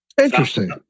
Interesting